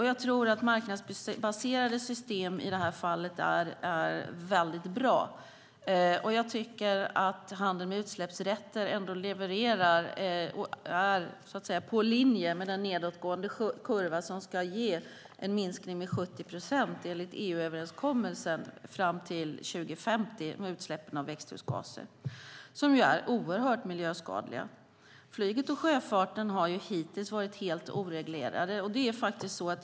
Jag tror att marknadsbaserade system i detta fall är väldigt bra, och jag tycker att handeln med utsläppsrätter ändå levererar och är i linje med den nedåtgående kurva som enligt EU-överenskommelsen ska ge en minskning av utsläppen av växthusgaser, som är oerhört miljöskadliga, med 70 procent fram till 2050. Flyget och sjöfarten har hittills varit helt oreglerade.